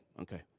Okay